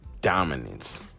dominance